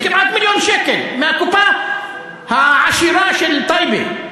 זה כמעט מיליון שקל מהקופה ה"עשירה" של טייבה,